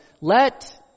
let